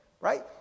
right